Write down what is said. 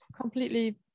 completely